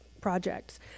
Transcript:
projects